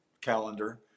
calendar